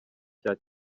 cya